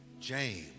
James